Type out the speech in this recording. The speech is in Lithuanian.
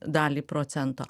dalį procento